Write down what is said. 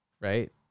Right